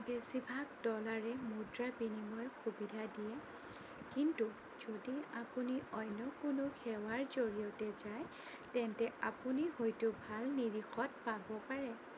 বেছিভাগ ডলাৰে মুদ্ৰা বিনিময়ৰ সুবিধা দিয়ে কিন্তু যদি আপুনি অন্য কোনো সেৱাৰ জৰিয়তে যায় তেন্তে আপুনি হয়টো ভাল নিৰিখত পাব পাৰে